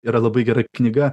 yra labai gera knyga